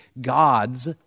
gods